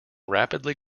rapidly